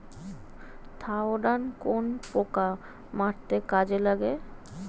Thiodan কোন পোকা মারতে কাজে লাগে?